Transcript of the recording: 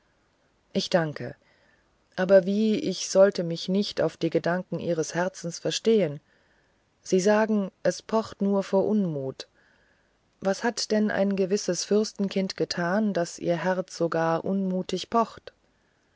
ich danke aber wie ich sollte mich nicht auf die gedanken ihres herzens verstehen sie sagen es pocht nur vor unmut was hat denn ein gewisses fürstenkind getan daß ihr herz so gar unmutig pocht